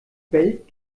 bellt